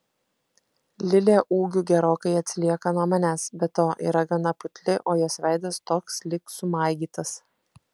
lilė ūgiu gerokai atsilieka nuo manęs be to yra gana putli o jos veidas toks lyg sumaigytas